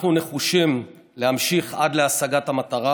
אנחנו נחושים להמשיך עד להשגת המטרה,